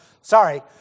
sorry